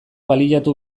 baliatu